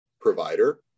provider